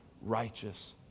righteous